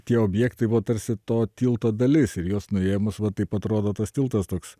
tie objektai buvo tarsi to tilto dalis ir juos nuėmus va taip atrodo tas tiltas toks